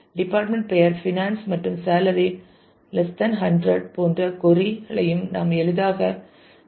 department பெயர் finance மற்றும் salary 100 போன்ற கொறி களையும் நாம் எளிதாக ஹேண்டில் செய்ய முடியும்